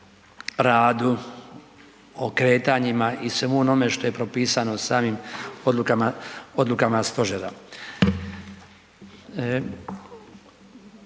o radu, o kretanjima i svemu onome što je propisano samim odlukama,